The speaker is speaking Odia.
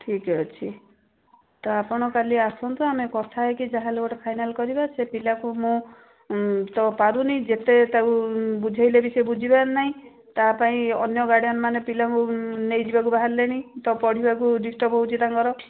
ଠିକ୍ ଅଛି ତ ଆପଣ କାଲି ଆସନ୍ତୁ ଆମେ କଥା ହେଇକି ଯାହେଲେ ଗୋଟେ ଫାଇନାଲ୍ କରିବା ସେ ପିଲାକୁ ମୁଁ ତ ପାରୁନି ଯେତେ ତାକୁ ବୁଝେଇଲେ ବି ସେ ବୁଝିବାର ନାହିଁ ତାପାଇଁ ଅନ୍ୟ ଗାର୍ଡ଼ିଆନ୍ ମାନେ ପିଲାଙ୍କୁ ନେଇଯିବାକୁ ବାହାରିଲେଣି ତ ପଢ଼ିବାକୁ ଡିଷ୍ଟର୍ବ ହେଉଛି ତାଙ୍କର